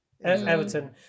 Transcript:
everton